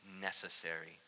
necessary